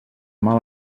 mal